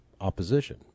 opposition